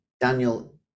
Daniel